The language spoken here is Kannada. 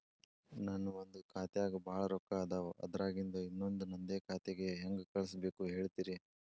ನನ್ ಒಂದ್ ಖಾತ್ಯಾಗ್ ಭಾಳ್ ರೊಕ್ಕ ಅದಾವ, ಅದ್ರಾಗಿಂದ ಇನ್ನೊಂದ್ ನಂದೇ ಖಾತೆಗೆ ಹೆಂಗ್ ಕಳ್ಸ್ ಬೇಕು ಹೇಳ್ತೇರಿ?